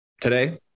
today